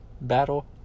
battle